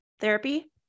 therapy